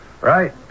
Right